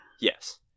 Yes